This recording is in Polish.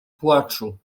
płaczu